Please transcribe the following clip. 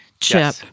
chip